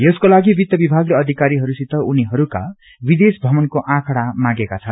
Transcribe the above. यसको लागि वित्त विभागले अधिकरीहरू सित उनीहरूको विदेश भ्रमणको आंकड़ा मांगेका छन्